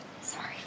Sorry